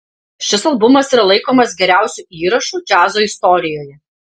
šis albumas yra laikomas geriausiu įrašu džiazo istorijoje